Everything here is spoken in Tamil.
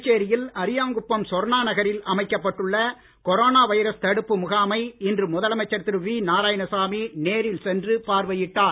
புதுச்சேரியில் சொர்ணா நகரில் அரியாங்குப்பம் அமைக்கப்பட்டுள்ள கொரோனா வைரஸ் தடுப்பு முகாமை இன்று முதலமைச்சர் திரு வி நாராயணசாமி நேரில் சென்று பார்வையிட்டார்